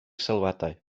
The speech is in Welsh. sylwadau